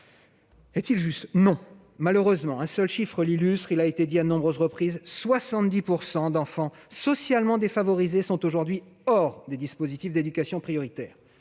est-il juste ? Non, malheureusement. Un seul chiffre l'illustre, rappelé de nombreuses reprises : quelque 70 % des enfants socialement défavorisés sont aujourd'hui hors des dispositifs d'éducation prioritaire.